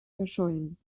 verschollen